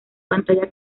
pantalla